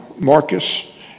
Marcus